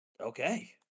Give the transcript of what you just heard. Okay